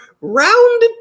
round